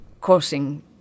causing